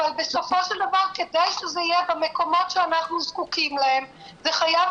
אבל בסופו של דבר כדי שזה יהיה במקומות שאנחנו זקוקים להם זה חייב